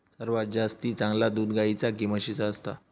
सर्वात जास्ती चांगला दूध गाईचा की म्हशीचा असता?